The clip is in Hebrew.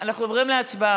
אנחנו עוברים להצבעה.